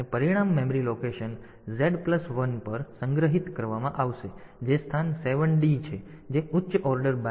અને પરિણામ memory location Z plus 1 પર સંગ્રહિત કરવામાં આવશે જે સ્થાન 7 D છે જે ઉચ્ચ ઓર્ડર બાઈટ છે